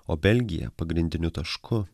o belgija pagrindiniu tašku